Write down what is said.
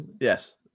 Yes